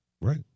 right